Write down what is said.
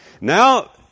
Now